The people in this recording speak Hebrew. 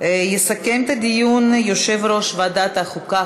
יסכם את הדיון יושב-ראש ועדת החוקה,